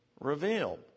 revealed